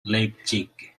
leipzig